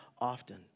often